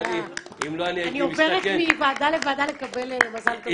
אני עוברת מוועדה לוועדה לקבל מזל טוב.